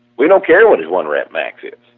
we don't care what is one-rep max is,